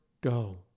go